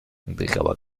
dejaba